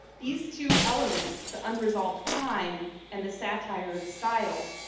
these two elements, the unresolved crime and the satire of style,